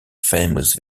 famous